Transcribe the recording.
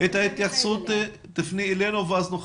נחום עידו, מנהלת